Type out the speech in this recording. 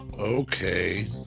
Okay